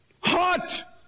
Hot